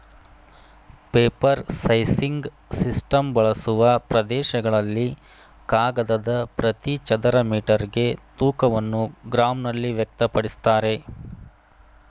paper sizing system ಬಳಸುವ ಪ್ರದೇಶಗಳಲ್ಲಿ ಕಾಗದದ ಪ್ರತಿ ಚದರ ಮೀಟರ್ಗೆ ತೂಕವನ್ನು ಗ್ರಾಂನಲ್ಲಿ ವ್ಯಕ್ತಪಡಿಸ್ತಾರೆ